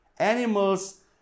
Animals